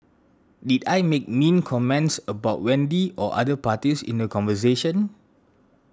did I make mean comments about Wendy or other parties in the conversation